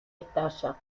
estalla